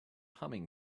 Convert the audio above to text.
humming